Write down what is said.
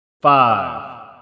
five